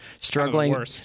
struggling